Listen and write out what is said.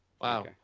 Wow